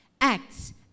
acts